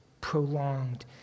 prolonged